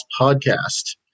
podcast